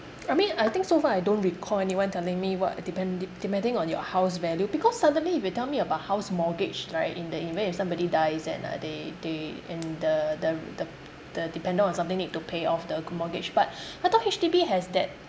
I mean I think so far I don't recall anyone telling me what depend~ depending on your house value because suddenly if you tell me about house mortgage right in the event if somebody dies and uh they they and the the the the dependent on something need to pay off the mortgage but I thought H_D_B has that